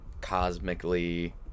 cosmically